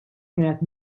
kienet